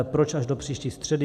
Proč až do příští středy?